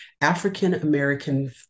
African-American